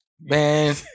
Man